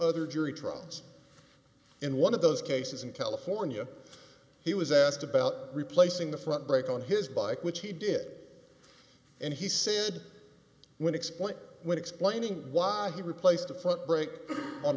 other jury trials in one of those cases in california he was asked about replacing the front brake on his bike which he did and he said when explained when explaining why he replaced a foot brake on